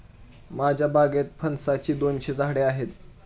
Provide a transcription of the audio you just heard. माझ्या बागेत फणसाची दोनशे झाडे आहेत